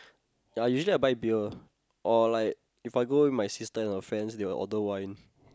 ya usually I buy beer If I go with my sister and her friends they will order wine